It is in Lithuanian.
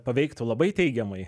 paveiktų labai teigiamai